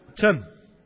Tim